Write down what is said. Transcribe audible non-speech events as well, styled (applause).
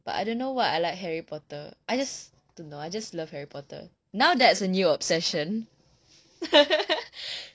but I don't know what I like harry potter I just don't know I just love harry potter now that's a new obsession (laughs)